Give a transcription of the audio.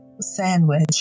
sandwich